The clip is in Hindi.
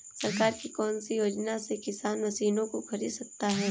सरकार की कौन सी योजना से किसान मशीनों को खरीद सकता है?